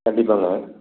கண்டிப்பாக மேடம்